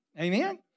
Amen